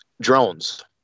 Drones